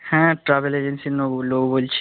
হ্যাঁ ট্রাভেল এজেন্সির লোক বলছি